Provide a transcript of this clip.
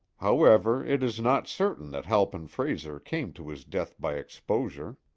however, it is not certain that halpin frayser came to his death by exposure.